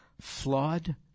Flawed